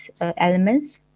elements